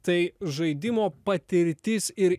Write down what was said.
tai žaidimo patirtis ir